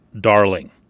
darling